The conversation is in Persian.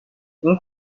این